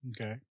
Okay